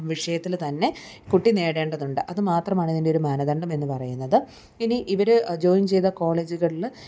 വിഷയത്തിൽ തന്നെ കുട്ടി നേടേണ്ടതുണ്ട് അത് മാത്രമാണ് ഇതിൻ്റെ ഒരു മാനദണ്ഡം എന്ന് പറയുന്നത് ഇനി ഇവർ ജോയിൻ ചെയ്ത കോളേജുകളിൽ